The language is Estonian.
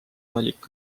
valik